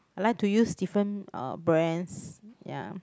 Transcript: I like to use different uh brands ya